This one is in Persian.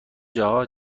جاها